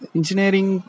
Engineering